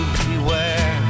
beware